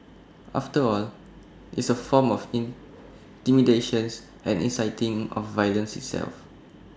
after all it's A form of intimidations and inciting of violence itself